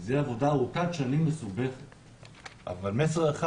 זאת עבודה ארוכת שנים ומסובכת אבל מסר אחד